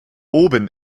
oben